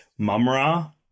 Mumra